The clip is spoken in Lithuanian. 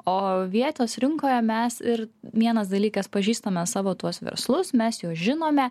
o vietos rinkoje mes ir vienas dalykas pažįstame savo tuos verslus mes juos žinome